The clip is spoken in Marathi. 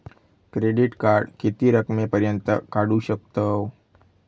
क्रेडिट कार्ड किती रकमेपर्यंत काढू शकतव?